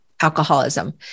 alcoholism